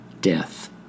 death